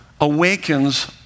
awakens